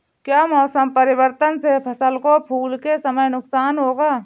क्या मौसम परिवर्तन से फसल को फूल के समय नुकसान होगा?